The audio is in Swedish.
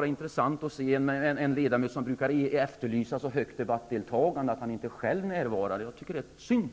är intressant att en ledamot som brukar efterlysa högt debattdeltagande inte själv är närvarande. Jag tycker att det är synd.